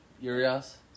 Urias